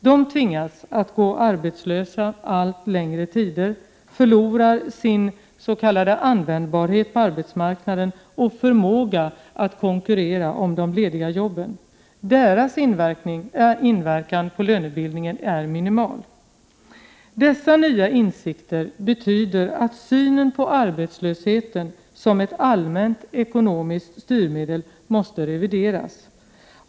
De tvingas gå arbetslösa allt längre tider, förlorar sin s.k. användbarhet på arbetsmarknaden och förmåga att konkurrera om de lediga jobben. Deras inverkan på lönebildningen är minimal. Dessa nya insikter betyder att synen på arbetslösheten som ett allmänt ekonomiskt styrmedel måste revideras.